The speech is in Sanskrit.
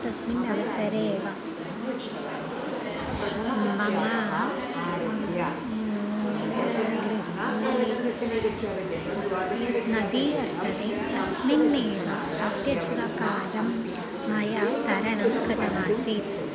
तस्मिन् अवसरे एव मम गृहं नदी वर्तते तस्मिन् एव अत्यधिककालं मया तरणं कृतमासीत्